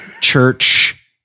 church